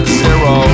zero